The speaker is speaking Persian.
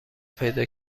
پیدا